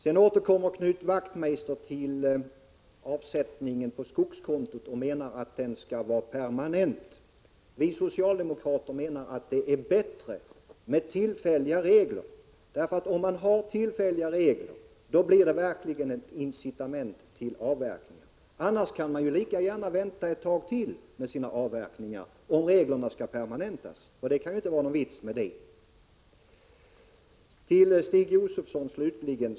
Knut Wachtmeister återkom till frågan om avsättningen på skogskonto och menade att reglerna skall vara permanenta. Vi socialdemokrater anser att det är bättre med tillfälliga regler. Om man har det blir de verkligen ett incitament till avverkning. Om reglerna däremot permanentas kan ju skogsbrukarna lika gärna vänta ett tag till med sina avverkningar. Det kan inte vara någon vits med det. Till Stig Josefson, slutligen.